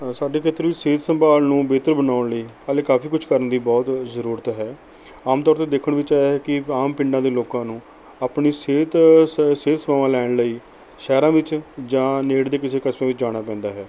ਸਾਡੇ ਖੇਤਰ ਵਿੱਚ ਸਿਹਤ ਸੰਭਾਲ ਨੂੰ ਬਿਹਤਰ ਬਣਾਉਣ ਲਈ ਹਾਲੇ ਕਾਫੀ ਕੁਛ ਕਰਨ ਦੀ ਬਹੁਤ ਜ਼ਰੂਰਤ ਹੈ ਆਮ ਤੌਰ 'ਤੇ ਦੇਖਣ ਵਿੱਚ ਆਇਆ ਹੈ ਕਿ ਆਮ ਪਿੰਡਾਂ ਦੇ ਲੋਕਾਂ ਨੂੰ ਆਪਣੀ ਸਿਹਤ ਸ ਸਿਹਤ ਸੇਵਾਵਾਂ ਲੈਣ ਲਈ ਸ਼ਹਿਰਾਂ ਵਿੱਚ ਜਾਂ ਨੇੜੇ ਦੇ ਕਿਸੇ ਕਸਬੇ ਵਿੱਚ ਜਾਣਾ ਪੈਂਦਾ ਹੈ